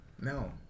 No